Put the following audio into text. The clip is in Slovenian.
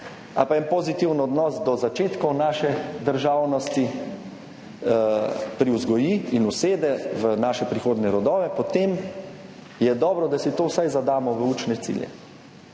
ali en pozitiven odnos do začetkov naše državnosti, privzgoji in usede v naše prihodnje rodove, potem je dobro, da si to vsaj zadamo v učne cilje